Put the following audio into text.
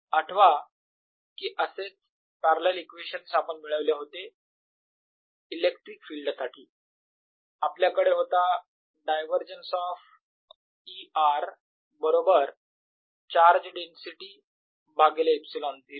आठवा कि असेच पॅरलल इक्वेशन्स आपण मिळवले होते इलेक्ट्रिक फील्ड साठी आपल्याकडे होता डायवरजन्स ऑफ E r बरोबर चार्ज डेन्सिटी भागिले ε0